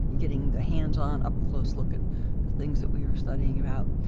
getting the hands on up close look and the things that we were studying about.